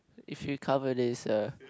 if you cover this uh